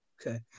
Okay